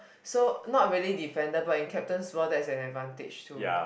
so not really different but in captains ball there is an advantage too